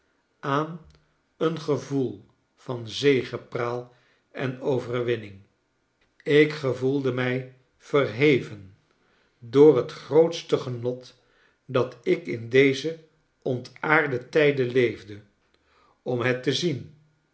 aan een gevoel van zegepraal en overwinning ik gevoelde mij verheven door het grootsche genot dat ik in deze ontaarde tijden leefde om het te zien